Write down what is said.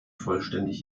vollständig